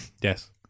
Yes